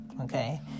Okay